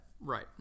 Right